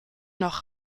noch